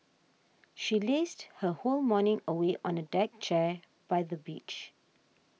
she lazed her whole morning away on a deck chair by the beach